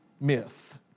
myth